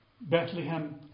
Bethlehem